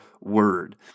word